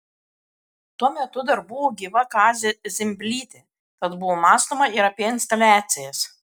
tuo metu dar buvo gyva kazė zimblytė tad buvo mąstoma ir apie instaliacijas